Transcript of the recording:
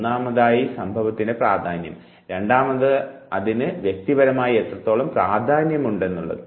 ഒന്നാമതായി സംഭവത്തിൻറെ പ്രാധാന്യം രണ്ടാമതായി അതിന് വ്യക്തിപരമായി എത്രത്തോളം പ്രാധാന്യമുണ്ടെന്നുള്ളത്